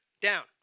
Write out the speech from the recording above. down